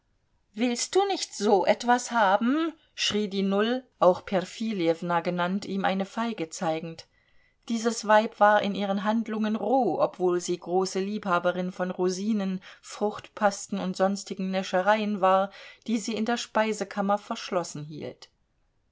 willst du nicht so etwas haben schrie die null auch perfiljewna genannt ihm eine feige zeigend dieses weib war in ihren handlungen roh obwohl sie große liebhaberin von rosinen fruchtpasten und sonstigen näschereien war die sie in der speisekammer verschlossen hielt